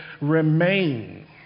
remain